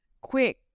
quick